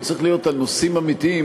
הוא צריך להיות על נושאים אמיתיים.